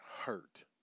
hurt